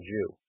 Jew